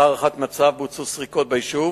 לאחר הערכת מצב בוצעו סריקות ביישוב,